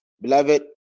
beloved